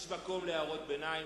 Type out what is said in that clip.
יש מקום להערות ביניים,